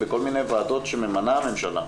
בכל ועדות שממנה הממשלה,